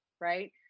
right